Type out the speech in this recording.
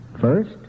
First